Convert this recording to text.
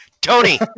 Tony